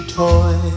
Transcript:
toy